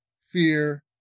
fear